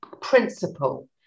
principle